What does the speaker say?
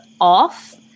off